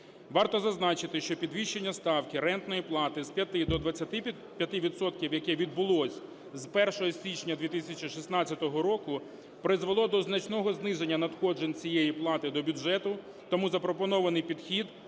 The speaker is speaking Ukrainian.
Варто зазначити, що підвищення ставки рентної плати з 5 до 25 відсотків, яке відбулося з 1 січня 2016 року, призвело до значного зниження надходжень цієї плати до бюджету. Тому запропонований підхід